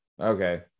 Okay